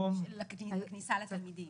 של כניסה לתלמידים?